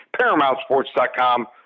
ParamountSports.com